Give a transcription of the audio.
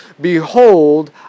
Behold